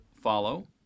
follow